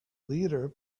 leader